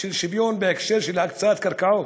של שוויון בהקשר של הקצאת קרקעות.